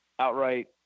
outright